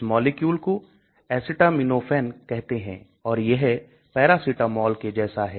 इस मॉलिक्यूल को acetaminophen कहते हैं और यह paracetamol के जैसा है